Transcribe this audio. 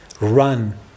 run